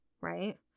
right